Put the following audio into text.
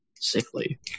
sickly